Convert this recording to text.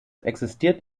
existiert